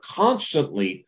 constantly